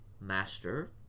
Master